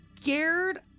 scared